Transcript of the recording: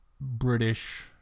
British